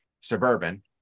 Suburban